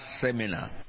seminar